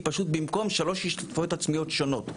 היא פשוט במקום שלוש השתתפויות עצמיות שונות.